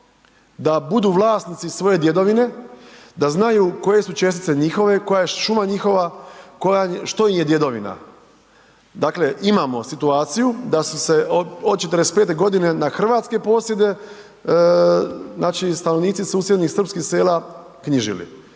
da budu vlasnici svoje djedovine, da znaju koje su čestice njihove, koja je šuma njihova, što im je djedovina. Dakle, imamo situaciju da su se od '45. godine na hrvatske posjede, znači stanovnici susjednih srpskih sela knjižili